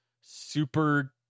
super